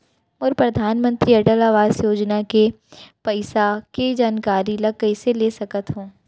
मोर परधानमंतरी अटल आवास योजना के पइसा के जानकारी ल कइसे ले सकत हो?